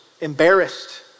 embarrassed